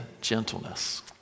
gentleness